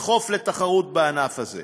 לתחרות בענף הזה.